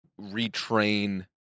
retrain